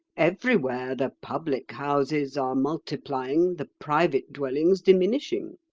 everywhere the public-houses are multiplying, the private dwellings diminishing.